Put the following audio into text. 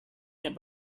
naik